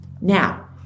Now